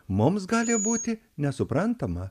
mums gali būti nesuprantama